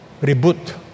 Reboot